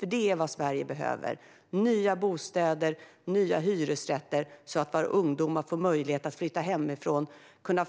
Det Sverige behöver är nya hyresrätter så att våra ungdomar kan flytta hemifrån när